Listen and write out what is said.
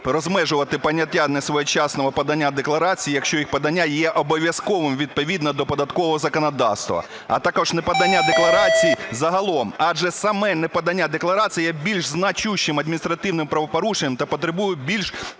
розмежувати поняття несвоєчасного подання декларацій, якщо їх подання є обов'язковим відповідно до Податкового законодавства, а також неподання декларацій загалом. Адже саме неподання декларації є більш значущим адміністративним правопорушенням та потребує більш